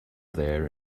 there